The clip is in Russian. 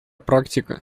практика